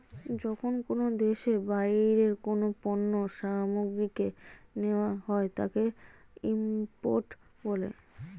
যখন কোনো দেশে বাইরের কোনো পণ্য সামগ্রীকে নেওয়া হয় তাকে ইম্পোর্ট বলে